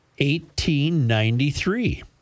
1893